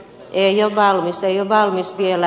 se ei ole valmis vielä